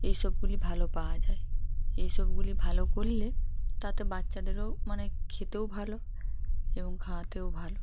এইসবগুলি ভালো পাওয়া যায় এইসবগুলি ভালো করলে তাতে বাচ্চাদেরও মানে খেতেও ভালো এবং খাওয়াতেও ভালো